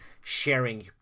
sharing